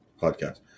podcast